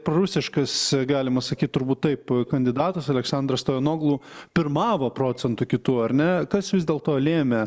prorusiškas galima sakyt turbūt taip kandidatas aleksandras stoianoglu pirmavo procentu kitu ar ne kas vis dėlto lėmė